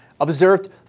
Observed